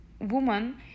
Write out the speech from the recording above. woman